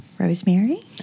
Rosemary